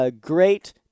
great